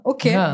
Okay